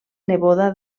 neboda